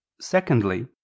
Secondly